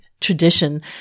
Tradition